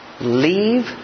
leave